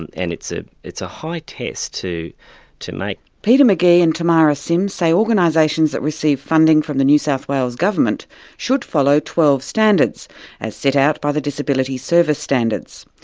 and and it's ah it's a high test to to make. peter mcgee and tamara sims say organisations that receive funding from the new south wales government should follow twelve standards as set out by the disability service standards.